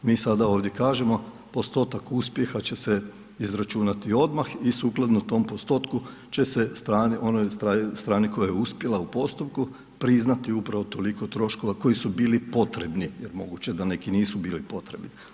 Mi sada ovdje kažemo, postotak uspjeha će se izračunati odmah i sukladno tom postotku, će se onoj strani koja je uspjela u postupku, priznati upravo toliko troškova koji su bili potrebni, jer moguće da neki nisu bili potrebni.